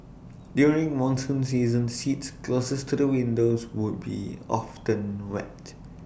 during monsoon season seats closest to the windows would be often wet